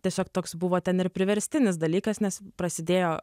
tiesiog toks buvo ten ir priverstinis dalykas nes prasidėjo